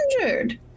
injured